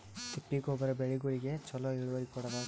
ತಿಪ್ಪಿ ಗೊಬ್ಬರ ಬೆಳಿಗೋಳಿಗಿ ಚಲೋ ಇಳುವರಿ ಕೊಡತಾದ?